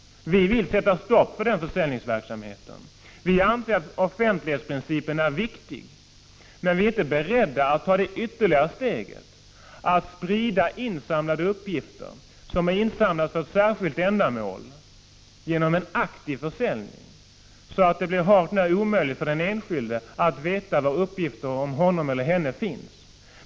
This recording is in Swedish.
Vi vill sätta stopp för denna försäljningsverksamhet. Vi anser att offentlighetsprincipen är viktig, men vi är inte beredda att ta ett steg ytterligare och medge att myndigheter genom en aktiv försäljning sprider uppgifter som insamlats för ett särskilt ändamål, så att det blir hart när omöjligt för den enskilde att veta var uppgifter om honom eller henne finns.